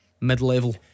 mid-level